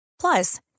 Plus